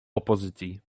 opozycji